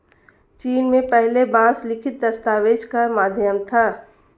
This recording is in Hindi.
चीन में पहले बांस लिखित दस्तावेज का माध्यम था